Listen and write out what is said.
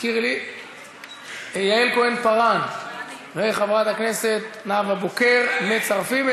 אשר איננו נוכח, וכרגיל, מבקשים רבים לצרף את